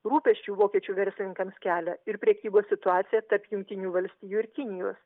rūpesčių vokiečių verslininkams kelia ir prekybos situacija tarp jungtinių valstijų ir kinijos